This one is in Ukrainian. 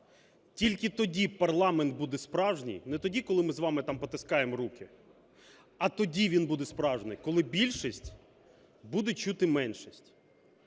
Тільки тоді парламент буде справжній, не тоді, коли ми з вами потискаємо руки, а тоді він буде справжній, коли більшість буде чути меншість,